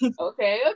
Okay